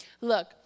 Look